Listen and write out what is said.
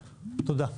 תודה.